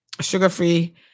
sugar-free